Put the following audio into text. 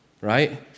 right